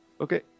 Okay